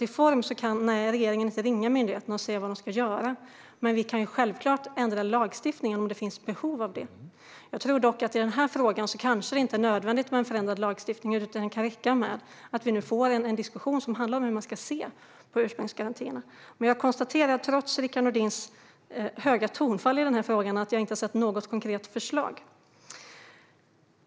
I form kan regeringen inte ringa myndigheterna och säga vad de ska göra. Men vi kan självfallet ändra lagstiftningen om det finns ett behov av det. Jag tror dock att det i denna fråga kanske inte är nödvändigt med en förändrad lagstiftning, utan det kan räcka med att vi får en diskussion som handlar om hur man ska se på ursprungsgarantier. Jag konstaterar att jag, trots Rickard Nordins höga tonfall i denna fråga, inte har sett något konkret förslag.